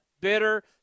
Bitter